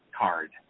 card